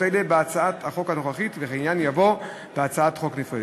אלה בהצעת החוק הנוכחית וכי העניין יבוא בהצעת חוק נפרדת.